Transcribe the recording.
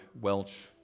Welch